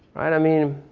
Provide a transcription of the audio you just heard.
i mean,